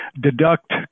deduct